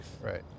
Right